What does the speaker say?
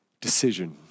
Decision